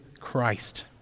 Christ